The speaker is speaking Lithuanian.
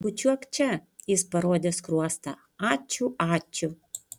bučiuok čia jis parodė skruostą ačiū ačiū